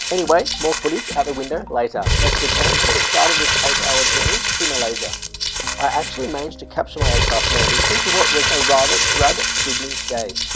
anyway more footage out of the window later let's return to the start of this eight hour journey to malaysia i actually managed to capture my aircraft landing into what was a rather drab sydney day